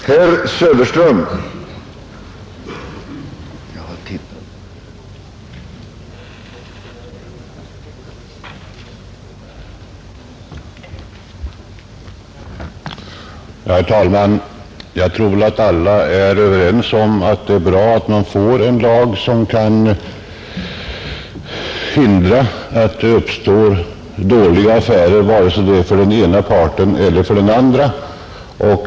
Herr talman! Jag tror att alla är överens om att det är bra att man får en lag som kan hindra att det uppstår dåliga affärer, vare sig det gäller den ena eller den andra parten.